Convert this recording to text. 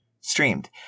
streamed